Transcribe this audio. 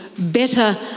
better